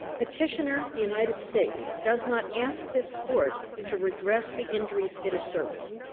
petitioner, the united states, does not ask this court to redress the injuries it asserts.